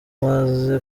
maze